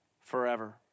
forever